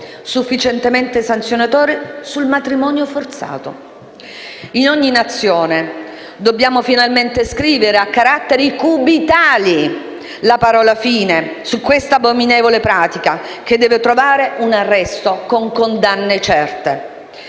sufficientemente sanzionatorie, sul matrimonio forzato. In ogni Nazione dobbiamo finalmente scrivere a caratteri cubitali la parola fine a questa abominevole pratica, che deve trovare un arresto con condanne certe.